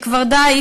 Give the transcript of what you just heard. וכבר די,